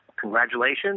Congratulations